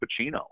Pacino